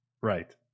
Right